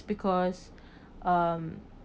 because um